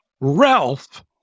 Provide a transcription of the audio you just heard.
Ralph